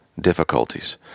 difficulties